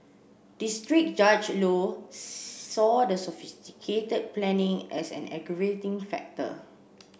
district Judge Low saw the sophisticated planning as an aggravating factor